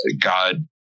God